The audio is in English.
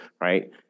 right